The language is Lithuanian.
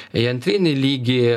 į antrinį lygį